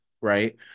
right